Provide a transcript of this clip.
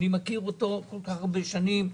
אני מכיר אותו כל כך הרבה שנים,